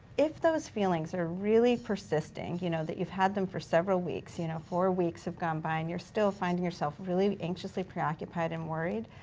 if those feelings are really persisting. you know, that you've had them for several weeks, you know, four weeks have gone by and you're still finding yourself really anxiously preoccupied and worried,